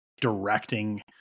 directing